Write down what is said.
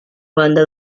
banda